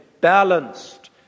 balanced